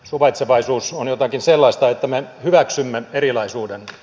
suvaitsevaisuus on jotakin sellaista että me hyväksymme erilaisuuden